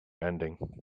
ending